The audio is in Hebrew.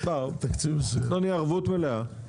נתנו לי ערבות מלאה,